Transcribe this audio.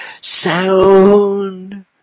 sound